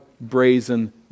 brazen